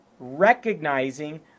recognizing